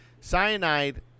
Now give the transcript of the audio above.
cyanide